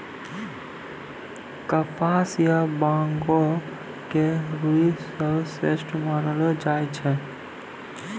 कपास या बांगो के रूई सबसं श्रेष्ठ मानलो जाय छै